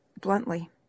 Bluntly